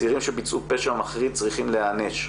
צעירים שביצעו פשע מחריד צריכים להיענש.